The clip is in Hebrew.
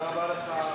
תודה רבה לך,